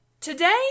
Today